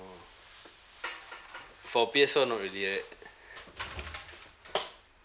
for P_S four not really right